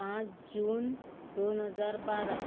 पांच जून दोन हजार बारा